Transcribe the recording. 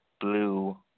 Blue